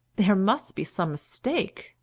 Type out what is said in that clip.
there must be some mistake,